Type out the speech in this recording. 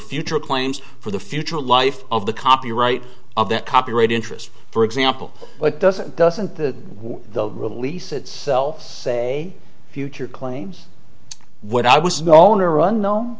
future claims for the future life of the copyright of that copyright interest for example but doesn't doesn't the the release itself say future claims what i was known or unknow